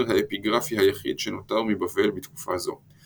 האפיגרפי היחיד שנותר מבבל בתקופה זו.